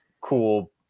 cool